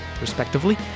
respectively